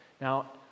Now